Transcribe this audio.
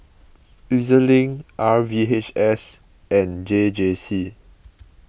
E Z Link R V H S and J J C